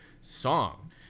song